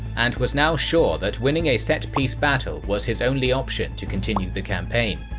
and was now sure that winning a set piece battle was his only option to continue the campaign.